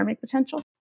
potential